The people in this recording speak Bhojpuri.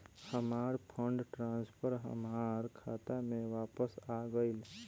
हमार फंड ट्रांसफर हमार खाता में वापस आ गइल